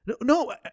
No